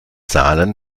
zahlen